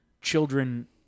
children